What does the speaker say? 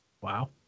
Wow